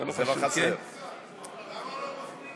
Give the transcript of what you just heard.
רגע, אני אגיע לזה, כי ההבחנה שאתה ניסית